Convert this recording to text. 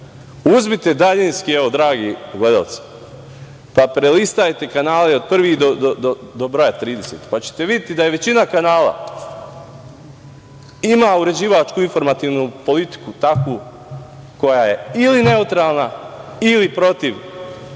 Uzmite daljinski, dragi gledaoci, pa prelistajte kanale od prvog do broja trideset, pa ćete videti da većina kanala ima uređivačku informativnu politiku takvu koja je ili neutralna ili protiv